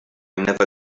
never